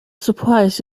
surprised